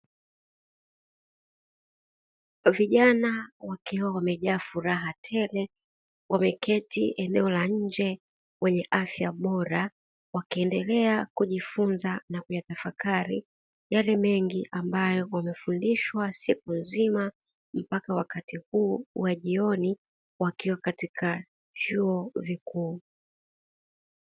Vijana wakiwa wamejaa furaha tele wameketi eneo la nje wenye afya bora, wakiendelea kujifunza na kuyatafakari yale mengi ambayo wamefundishwa siku nzima mpaka wakati huu wa jioni, wakiwa katika vyuo vikuu.